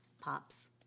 pops